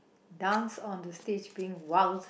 dance on the stage being wild